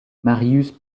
marius